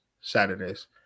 Saturdays